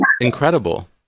Incredible